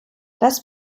das